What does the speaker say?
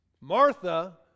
Martha